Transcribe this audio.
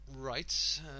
right